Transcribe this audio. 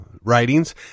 writings